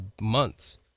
months